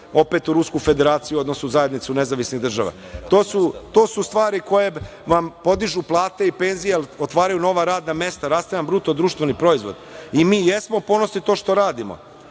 opet u Rusku Federaciju, odnosno zajednicu nezavisnih država. To su stvari koje vam podižu plate i penzije jer otvaraju nova radna mesta, raste nam BDP i mi jesmo ponosni na to što radimo. Ja